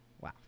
wow